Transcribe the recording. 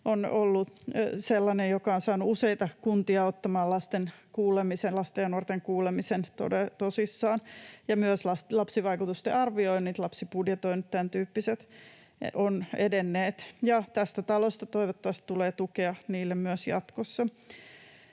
on ollut sellainen, joka on saanut useita kuntia ottamaan lasten ja nuorten kuulemisen tosissaan. Myös lapsivaikutusten arvioinnit, lapsibudjetoinnit, tämän tyyppiset ovat edenneet, ja tästä talosta toivottavasti tulee tukea niille myös jatkossa.